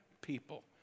people